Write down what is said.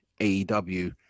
AEW